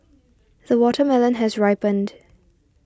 the watermelon has ripened